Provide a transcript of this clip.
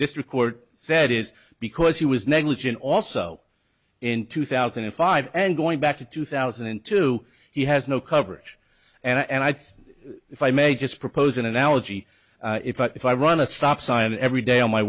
district court said is because he was negligent also in two thousand and five and going back to two thousand and two he has no coverage and i think if i may just propose an analogy if i if i run a stop sign every day on my